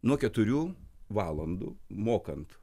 nuo keturių valandų mokant